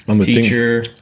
Teacher